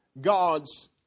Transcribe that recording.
God's